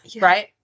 Right